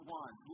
one